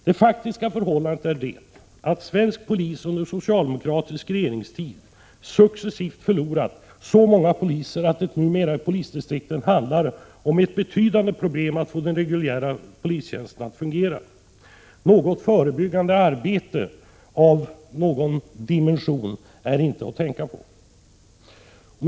Det faktiska förhållandet är det att svensk polis under socialdemokratisk regeringstid successivt har förlorat så många poliser att det i polisdistrikten numera handlar om ett betydande problem att få den reguljära polistjänsten att fungera. Något förebyggande arbete av någon dimension är inte ens att tänka på. Herr talman!